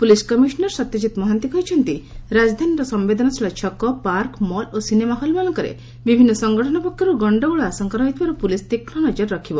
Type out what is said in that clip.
police commissioner Satyajit Mohanty କହିଛନ୍ତି ଯେ ରାଜଧାନୀର ସମେଦନଶୀଳ ଛକ ପାର୍କ ମଲ୍ ଓ ସିନେମା ହଲ୍ମାନଙ୍କରେ ବିଭିନ୍ ସଂଗଠନ ପକ୍ଷର୍ର ଗକ୍ଷରୋଳ ଆଶଙ୍କା ରହିଥିବାରୁ ପୁଲିସ୍ ତୀଷ୍କ ନଜର ରଖିବ